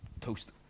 toast